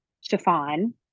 chiffon